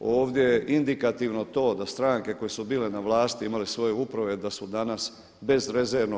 Ovdje je indikativno to da stranke koje su bile na vlasti, imale svoje uprave da su danas bezrezervno